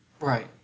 Right